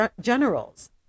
generals